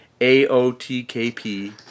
AOTKP